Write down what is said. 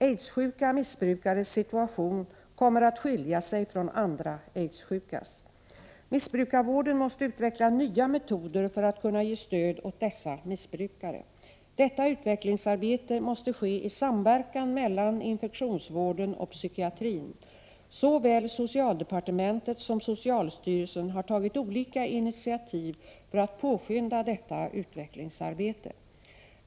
Aidssjuka missbrukares situation kommer att skilja sig från andra aidssjukas. Missbrukarvården måste utveckla nya metoder för att kunna ge stöd åt dessa missbrukare. Detta utvecklingsarbete måste ske i samverkan mellan infektionssjukvården och psykiatrin. Såväl socialdepartementet som socialstyrelsen har tagit olika initiativ för att påskynda detta utvecklingsarbete.